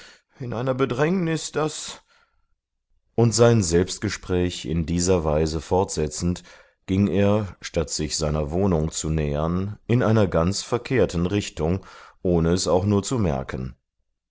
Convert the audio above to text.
in einer bedrängnis daß und sein selbstgespräch in dieser weise fortsetzend ging er statt sich seiner wohnung zu nähern in einer ganz verkehrten richtung ohne es auch nur zu merken